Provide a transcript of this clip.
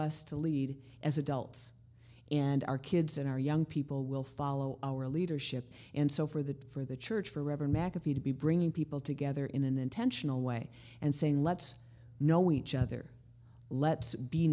us to lead as adults and our kids and our young people will follow our leadership and so for the for the church forever mcafee to be bringing people together in an intentional way and saying let's know each other let's be